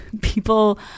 people